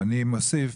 ואני מוסיף,